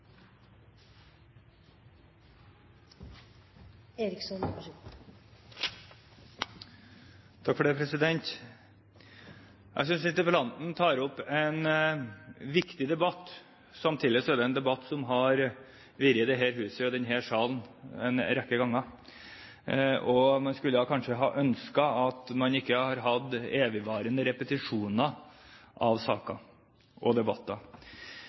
det en debatt som har vært i dette huset og i denne salen en rekke ganger, og man skulle kanskje ha ønsket at man ikke hadde hatt evigvarende repetisjoner av saker og debatter.